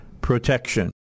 protection